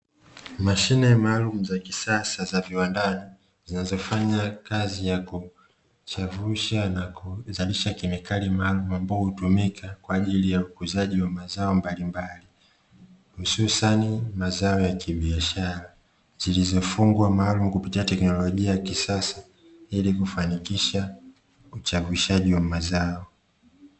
Mashine maalumu za kisasa za viwandani, zinazofanya kazi ya kuchavusha na kuzalisha kemilkali maalumu ambayo hutumika kwa ajili ya ukuzaji wa mazao mbalimbali, hususani mazao ya kibiashara, zilizofungwa maalumu kupitia teknolojia ya kisasa ili kufanikisha uchavushaji wa mazao.